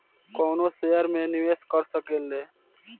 कवनो शेयर मे निवेश कर सकेल